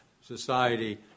society